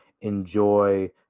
enjoy